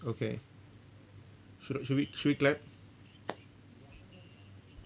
okay should should we should we clap